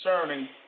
concerning